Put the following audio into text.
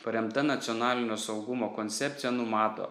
paremta nacionalinio saugumo koncepcija numato